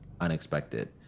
unexpected